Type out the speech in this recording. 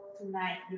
tonight